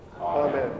Amen